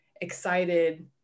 excited